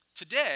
Today